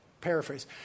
paraphrase